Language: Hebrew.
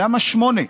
למה שמונה?